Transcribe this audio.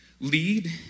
lead